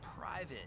private